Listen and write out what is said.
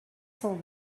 cent